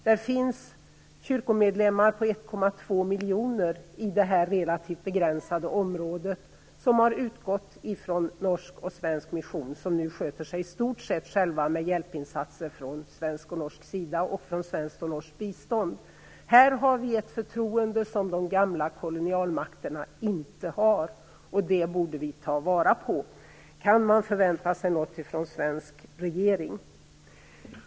Det finns 1,2 miljoner kyrkomedlemmar i det här relativt begränsade området som har utgått ifrån norsk och svensk mission. Nu sköter de sig i stort sett själva med hjälpinsatser från svensk och norsk sida och med svenskt och norskt bistånd. Här har vi ett förtroende som de gamla kolonialmakterna inte har. Det borde vi ta vara på. Kan man förvänta sig något från den svenska regeringen?